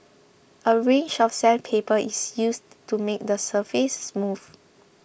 a range of sandpaper is used to make the surface smooth